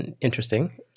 interesting